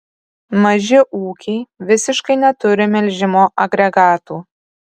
maži ūkiai visiškai neturi melžimo agregatų